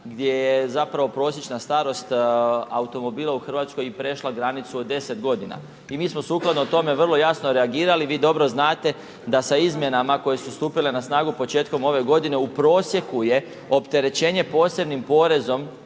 gdje je zapravo prosječna starost automobila u Hrvatskoj prešla granicu od 10 g. i mi smo sukladno tome vrlo jasno reagirali. Vi dobro znate da sa izmjenama koje su stupile na snagu početkom ove godine u prosjeku je opterećenje posebnim porezom